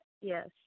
Yes